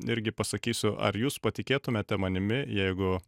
irgi pasakysiu ar jūs patikėtumėte manimi jeigu